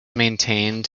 maintained